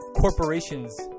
corporations